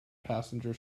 passenger